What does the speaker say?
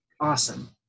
awesome